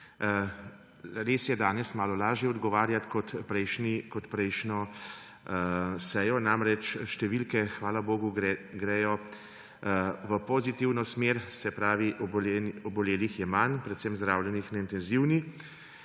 Res je danes malo lažje odgovarjati kot na prejšnji seji. Številke, hvala bogu, gredo v pozitivno smer, se pravi, da je obolelih manj, predvsem zdravljenih na intenzivni.